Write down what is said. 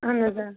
اہن حظ آ